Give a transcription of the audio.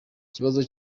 ikibazo